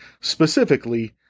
specifically